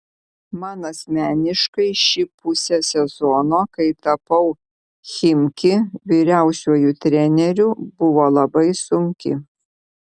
man asmeniškai ši pusė sezono kai tapau chimki vyriausiuoju treneriu buvo labai sunki